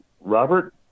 Robert